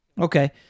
Okay